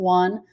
one